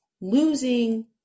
losing